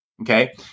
Okay